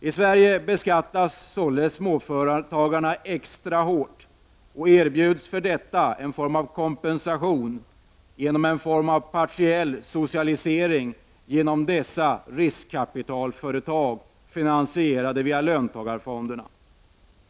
I Sverige beskattas således småföretagarna extra hårt och erbjuds för detta som kompensation en partiell socialisering genom dessa riskkapitalföretag som finansieras genom löntagarfonderna.